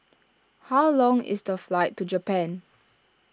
how long is the flight to Japan